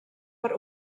per